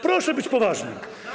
Proszę być poważnym.